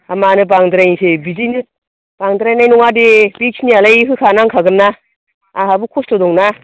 हा मानो बांद्रायनोसै बिदिनो बांद्रायनाय नङा दे बेखिनियालाय होखा नांखागोन्ना आंहाबो खस्थ' दंना